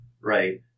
right